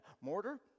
mortar